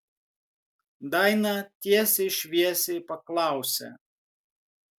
daina tiesiai šviesiai paklausė